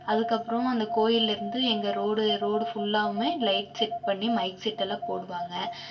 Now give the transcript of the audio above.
அதுக்கப்புறோம் அந்த கோயிலருந்து எங்கள் ரோடு ரோடு ஃபுல்லாகவுமே லைட் செட் பண்ணி மைக் செட்டெல்லாம் போடுவாங்க